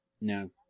No